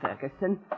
Ferguson